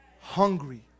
Hungry